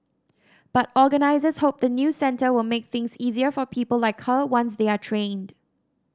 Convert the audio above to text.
but organisers hope the new centre will make things easier for people like her once they are trained